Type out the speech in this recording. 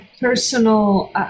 personal